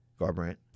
Garbrandt